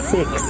Six